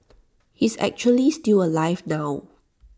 he's actually still alive now